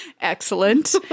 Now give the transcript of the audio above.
Excellent